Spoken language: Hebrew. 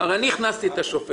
הרי אני הכנסתי את השופט,